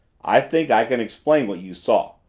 i think i can explain what you saw.